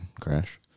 crash